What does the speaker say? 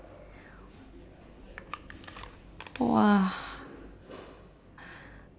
!wah!